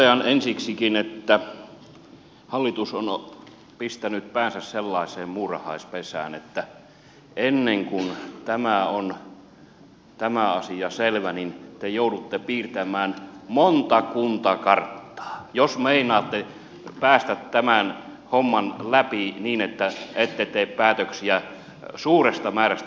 totean ensiksikin että hallitus on pistänyt päänsä sellaiseen muurahaispesään että ennen kuin tämä asia on selvä niin te joudutte piirtämään monta kuntakarttaa jos meinaatte päästä tämän homman läpi niin että ette tee päätöksiä suuresta määrästä pakkoliitoksia